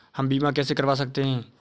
हम बीमा कैसे करवा सकते हैं?